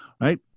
right